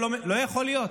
לא יכול להיות.